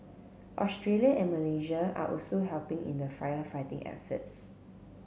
Australia and Malaysia are also helping in the firefighting efforts